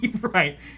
Right